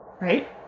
right